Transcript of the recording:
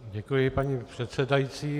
Děkuji, paní předsedající.